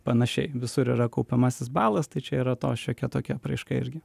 panašiai visur yra kaupiamasis balas tai čia yra šiokia tokia apraiška irgi